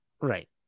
right